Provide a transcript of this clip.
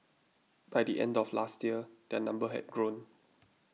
by the end of last year their number had grown